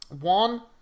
One